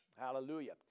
hallelujah